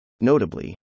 Notably